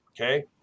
Okay